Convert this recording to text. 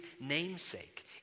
namesake